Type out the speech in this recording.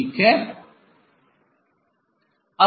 ठीक है